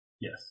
Yes